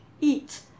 eat